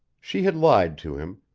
she had lied to him,